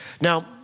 Now